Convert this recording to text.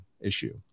issue